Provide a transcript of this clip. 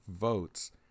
votes